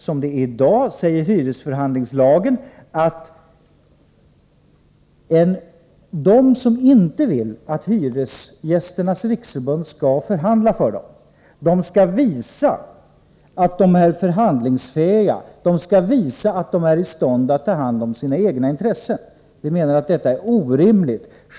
Som det är i dag säger hyresförhandlingslagen att de som inte vill att Hyresgästernas riksförbund skall förhandla för dem skall visa att de är förhandlingsfähiga. De skall visa att de är i stånd att ta hand om sina egna intressen. Vi menar att detta är orimligt.